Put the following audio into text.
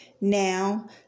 now